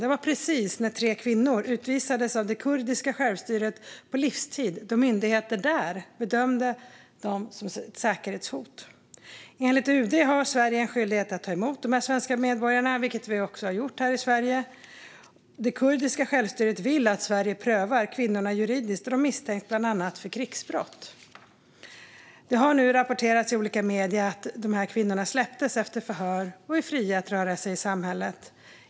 Det var precis när det kurdiska självstyret utvisade tre kvinnor på livstid, då myndigheter där bedömde kvinnorna vara ett säkerhetshot. Enligt UD har Sverige en skyldighet att ta emot de svenska medborgarna, vilket vi också har gjort. Det kurdiska självstyret vill att Sverige prövar kvinnorna juridiskt då de bland annat misstänks för krigsbrott. Det har nu rapporterats i olika medier att dessa kvinnor släpptes efter förhör och är fria att röra sig i samhället.